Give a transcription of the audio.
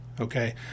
Okay